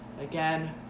Again